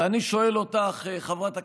ואני שואל אותך, חברת הכנסת